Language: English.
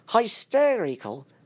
hysterical